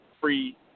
free